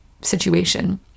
situation